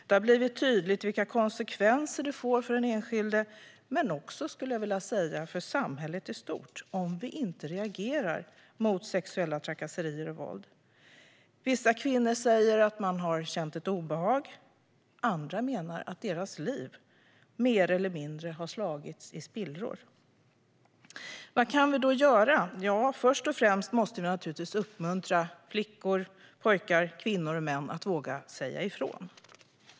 Det har blivit tydligt vilka konsekvenser det får för enskilda men också för samhället i stort om vi inte reagerar mot sexuella trakasserier och våld. Vissa kvinnor säger att de känt obehag, medan andra menar att deras liv mer eller mindre slagits i spillror. Vad kan vi då göra? Först och främst måste vi naturligtvis uppmuntra flickor, pojkar, kvinnor och män att våga säga ifrån.